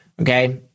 Okay